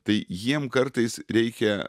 tai jiem kartais reikia